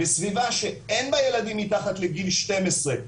בסביבה שאין בה ילדים מתחת לגיל 12,